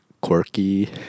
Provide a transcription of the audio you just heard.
quirky